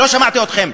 לא שמעתי אתכם.